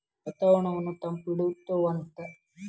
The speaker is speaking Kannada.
ವಾತಾವರಣನ್ನ ತಂಪ ಇಡತಾವಂತ